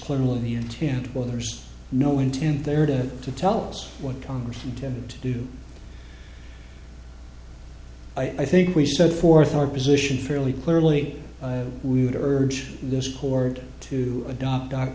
clearly the intent or there's no intent there to to tell us what congress intended to do i think we set forth our position fairly clearly we would urge this chord to adopt